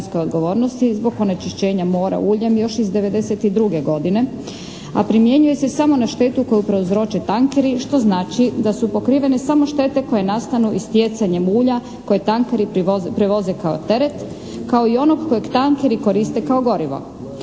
zbog onečišćenja mora uljem još iz 1992. godine, a primjenjuje se samo na štetu koju prouzroče tankeri što znači da su pokrivene samo štete koje nastanu istjecanjem ulja koje tankeri prevoze kao teret kao i onog kojeg tankeri koriste kao gorivo.